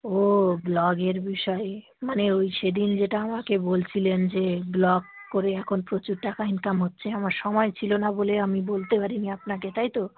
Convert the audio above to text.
ও ব্লগের বিষয়ে মানে ওই সেদিন যেটা আমাকে বলছিলেন যে ব্লগ করে এখন প্রচুর টাকা ইনকাম হচ্ছে আমার সময় ছিল না বলে আমি বলতে পারিনি আপনাকে তাই তো